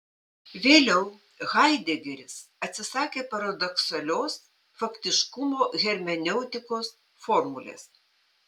vėliau haidegeris atsisakė paradoksalios faktiškumo hermeneutikos formulės